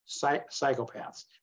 psychopaths